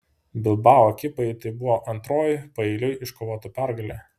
bilbao ekipai tai buvo antroji paeiliui iškovota pergalė